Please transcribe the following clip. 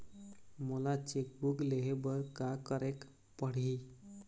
मोला cheque book लेहे बर का केरेक पढ़ही?